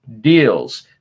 Deals